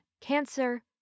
cancer